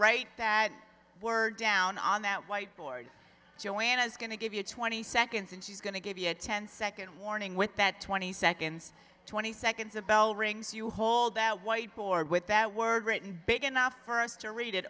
write that word down on that white board joanna is going to give you twenty seconds and she's going to give you a ten second warning with that twenty seconds twenty seconds a bell rings you hold that whiteboard with that word written big enough for us to read it